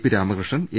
P Ramakrishnan A